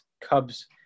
Cubs –